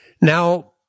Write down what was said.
Now